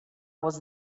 was